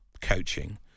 coaching